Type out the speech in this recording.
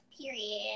Period